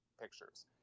pictures